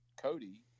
Cody